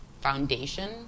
foundation